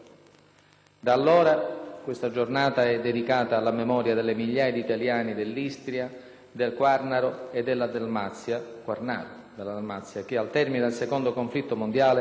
Da allora, questa giornata è dedicata alla memoria delle migliaia di italiani dell'Istria, del Quarnaro e della Dalmazia che, al termine del secondo conflitto mondiale,